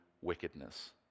wickedness